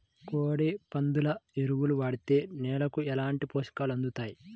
కోడి, పందుల ఎరువు వాడితే నేలకు ఎలాంటి పోషకాలు అందుతాయి